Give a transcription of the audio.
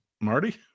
Marty